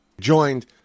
Joined